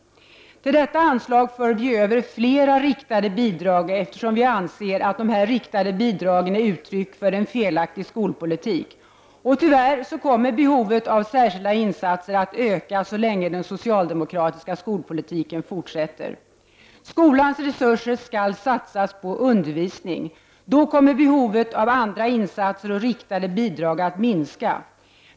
Till detta anslag för vi över flera riktade bidrag, eftersom vi anser att dessa riktade bidrag är uttryck för en felaktig skolpolitik. Tyvärr kommer behovet av särskilda insatser att öka så länge den socialdemokratiska skolpolitiken fortsätter. Skolans resurser skall satsas på undervisning. Då kommer behovet av andra insatser och riktade bidrag att minska.